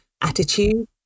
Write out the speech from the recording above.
attitude